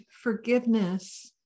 forgiveness